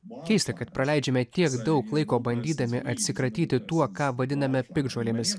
keista kad praleidžiame tiek daug laiko bandydami atsikratyti tuo ką vadiname piktžolėmis